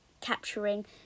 capturing